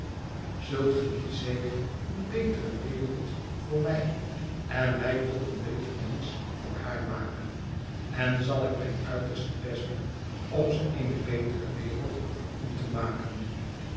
zult ge die zeker eene betere wereld voor mij en mij tot een beter mensch voor haar maken en zal ik mijn uiterste best doen om ze eene betere wereld voor u te maken